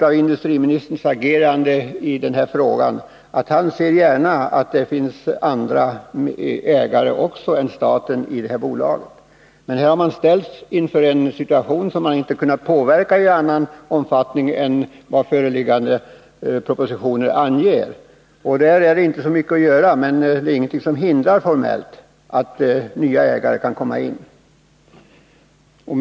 Av industriministerns agerande i frågan framgår ganska klart att han gärna ser att det finns andra ägare än staten i bolaget. Men vi har ställts inför en situation som vi inte kunnat påverka i annan omfattning än vad föreliggande propositioner anger. Det är därför inte så mycket att göra, men det är ingenting som formellt hindrar att nya ägare kommer in.